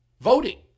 voting